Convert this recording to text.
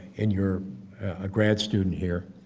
in your a grad student here,